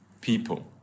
people